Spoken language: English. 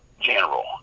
general